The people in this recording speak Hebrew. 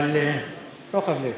אבל רוחב לב.